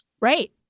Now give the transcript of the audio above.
Right